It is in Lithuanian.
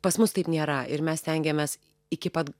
pas mus taip nėra ir mes stengiamės iki pat